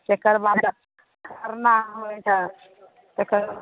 तेकर बाद खरना होइ छै तेकर